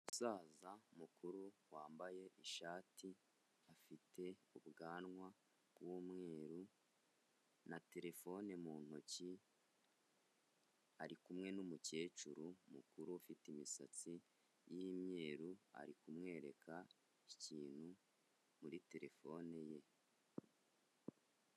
Umusaza mukuru wambaye ishati, afite ubwanwa bw'umweru na telefone mu ntoki, ari kumwe n'umukecuru mukuru ufite imisatsi y'imyeru, ari kumwereka ikintu muri telefone ye.